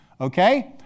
Okay